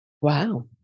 Wow